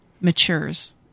matures